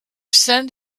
send